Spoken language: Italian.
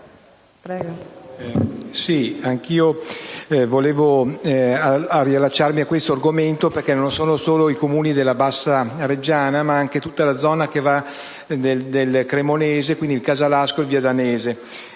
anch'io volevo riallacciarmi a questo argomento, perché sono stati colpiti non solo i Comuni della bassa reggiana, ma anche tutta la zona del cremonese, quindi il casalasco e il viadanese.